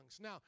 Now